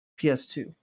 PS2